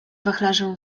wachlarzem